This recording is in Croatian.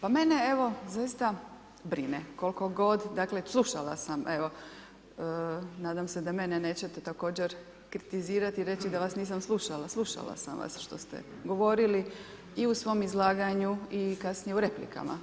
Pa mene evo zaista brine, koliko god, dakle slušala sam evo, nadam se da mene nećete također kritizirati i reći da vas nisam slušala, slušala sam vas što se govorili i u svom izlaganju i kasnije u replikama.